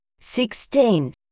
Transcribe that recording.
sixteen